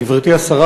גברתי השרה,